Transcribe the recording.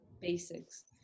basics